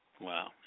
Wow